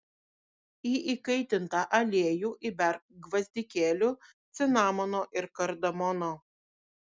į įkaitintą aliejų įberk gvazdikėlių cinamono ir kardamono